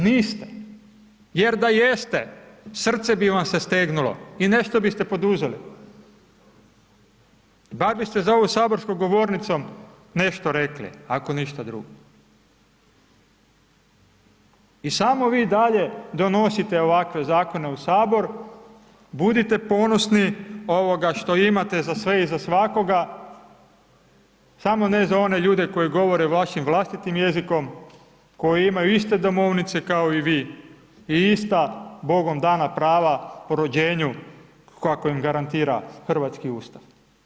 Niste, jer da jeste srce bi vam se stegnulo i nešto biste poduzeli da biste za ovom saborskom govornicom nešto rekli ako ništa drugo i samo vi i dalje donosite ovakve zakone u HS, budite ponosni što imate za sve i za svakoga, samo ne za one ljude koji govore vašim vlastitim jezikom, koji imaju iste domovnice kao i vi i ista Bogom dana prava po rođenju kako im garantira hrvatski Ustav.